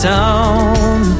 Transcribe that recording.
town